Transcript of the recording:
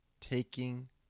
taking